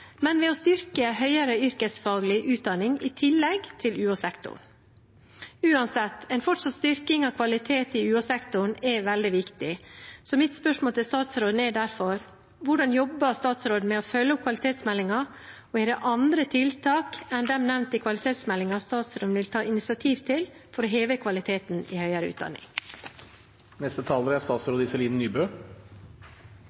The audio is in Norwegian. men ved å styrke høyere yrkesfaglig utdanning i tillegg til UH-sektoren. Uansett, en fortsatt styrking av kvalitet i UH-sektoren er veldig viktig. Mitt spørsmål til statsråden er derfor: Hvordan jobber statsråden med å følge opp kvalitetsmeldingen? Og er det andre tiltak enn de som er nevnt i kvalitetsmeldingen, som statsråden vil ta initiativ til for å heve kvaliteten i høyere utdanning? La meg begynne med å si at kvaliteten i norsk høyere utdanning er